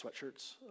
sweatshirts